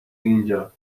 اینجا